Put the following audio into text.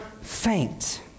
faint